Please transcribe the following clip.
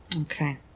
Okay